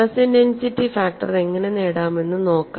stress intensity factor എങ്ങനെ നേടാമെന്ന് നോക്കാം